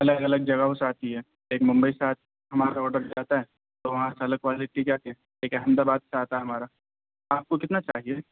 الگ الگ جگہوں سے آتی ہے ایک ممبئی سے ہمارا آڈر آتا ہے تو وہاں سے الگ کوالٹی کیا کیا ایک احمد آباد سے آتا ہے ہمارا آپ کو کتنا چاہیے